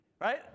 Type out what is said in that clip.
Right